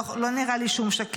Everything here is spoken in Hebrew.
לא נראה לי שהוא משקר.